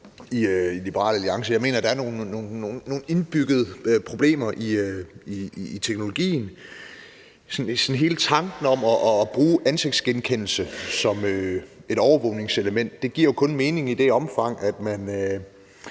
i Liberal Alliance. Jeg mener, at der er nogle indbyggede problemer i teknologien. Sådan hele tanken om at bruge ansigtsgenkendelse som et overvågningselement giver jo kun mening i det omfang, at man